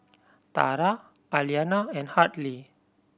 Tara Aliana and Hartley